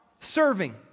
serving